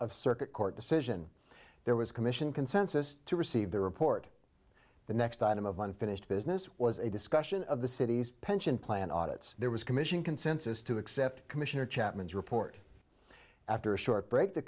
of circuit court decision there was commission consensus to receive the report the next item of unfinished business was a discussion of the city's pension plan audits there was commission consensus to accept commissioner chapman's report after a short break the